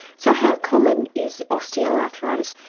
so how common is osteoarthritis?